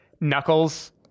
Knuckles